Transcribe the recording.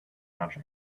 much